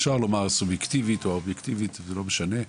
אפשר לומר הסובייקטיבית או האובייקטיבית, לא משנה,